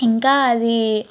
ఇంకా అది